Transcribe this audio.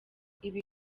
ibi